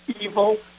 evil